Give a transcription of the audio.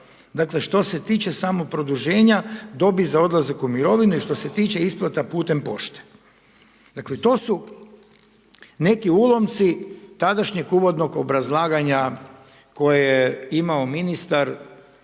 Dakle, što se tiče samog produženja dobi za odlazak u mirovinu i što se tiče isplata putem pošte. Dakle, to su neki ulomci tadašnjeg uvodnog obrazlaganja koje je imao ministar